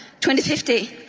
2050